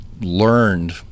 learned